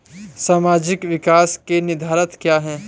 सामाजिक विकास के निर्धारक क्या है?